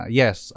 yes